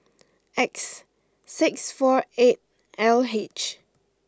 X six four eight L H